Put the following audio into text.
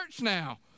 now